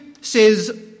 says